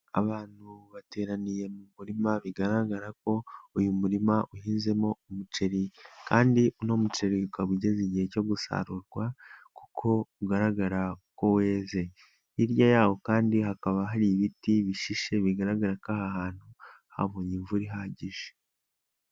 Abantu bateraniye mu murima bigaragara ko uyu murima uhinzemo umuceri kandi uno muceri ukaba ugeze igihe cyo gusarurwa kuko ugaragara ko weze, hirya yaho kandi hakaba hari ibiti bishishe bigaragara ko aha hantu habonye imvura ihagije.